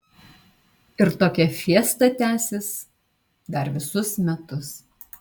ir tokia fiesta tęsis dar visus metus